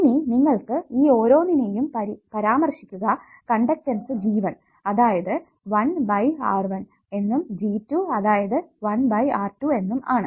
ഇനി നിങ്ങൾ ഈ ഓരോന്നിനെയും പരാമർശിക്കുക കണ്ടക്ടൻസ് G1 അതായത് 1 ബൈ R1 എന്നും G2 അതായത് 1 ബൈ R2 എന്നും ആണ്